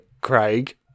Craig